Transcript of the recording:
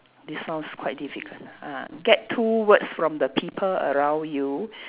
this sounds quite difficult ah get two words from the people around you